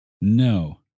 No